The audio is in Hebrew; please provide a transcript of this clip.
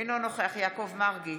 אינו נוכח יעקב מרגי,